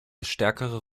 stärkere